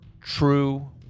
true